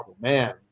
man